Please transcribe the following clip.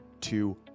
two